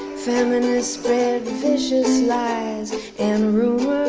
feminists spread vicious lies and rumors.